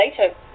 later